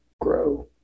grow